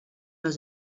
les